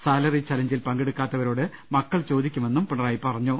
salary ചലഞ്ചിൽ പങ്കെടുക്കാത്തവരോട് മക്കൾ ചോദിക്കുമെന്നും പിണറായി പറഞ്ഞു